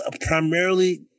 primarily